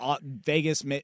Vegas